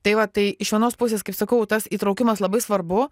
tai vat tai iš vienos pusės kaip sakau tas įtraukimas labai svarbu